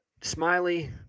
Smiley